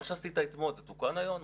מה שעשית אתמול זה תוקן היום?